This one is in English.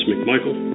McMichael